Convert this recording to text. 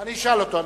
אני אשאל אותו.